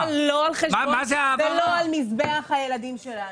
נכון, אבל לא על חשבון ולא על מזבח הילדים שלנו.